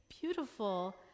beautiful